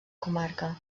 comarca